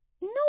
No